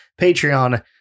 patreon